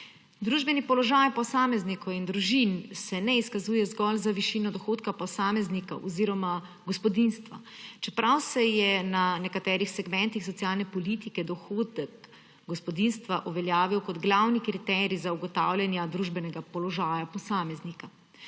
Družbeni položaj posameznikov in družin se ne izkazuje zgolj z višino dohodka posameznikov oziroma gospodinjstva, čeprav se je na nekaterih segmentih socialne politike dohodek gospodinjstva uveljavil kot glavni kriterij za ugotavljanje družbenega položaja posameznika.